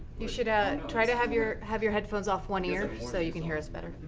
you should ah try to have your have your headphones off one ear, so you can hear us better.